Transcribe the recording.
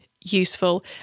useful